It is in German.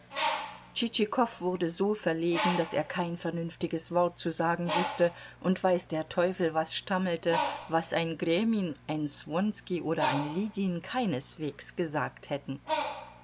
tschitschikow wurde so verlegen daß er kein vernünftiges wort zu sagen wußte und weiß der teufel was stammelte was ein gremin ein swonskij oder ein lidin keineswegs gesagt hätten